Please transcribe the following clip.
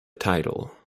title